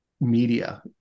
media